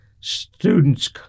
students